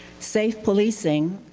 safe policing